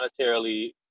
monetarily